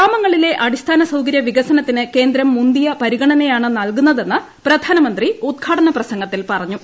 ഗ്രാമങ്ങളിലെ അടിസ്ഥാനസൌകരൃവികസ്മകൃത്തിന് കേന്ദ്രം മുന്തിയ പരിഗണനയാണ് നൽക്ടൂന്ന്ത്തെന്ന് പ്രധാനമന്ത്രി ഉദ്ഘാടന പ്രസംഗത്തിൽ പറഞ്ഞു